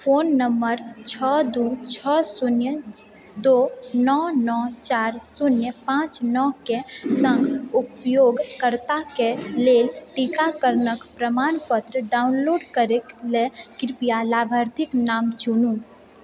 phone number छओ दू छओ शून्य दू नओ नओ चारि शून्य पाँच नओ के सङ्ग उपयोगकर्ताके लेल टीकाकरणके प्रमाणपत्र डाउनलोड करैके लेल कृपया लाभार्थीके नाम चुनु